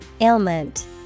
Ailment